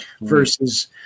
versus